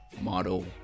Model